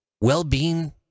Well-being